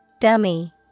Dummy